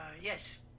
Yes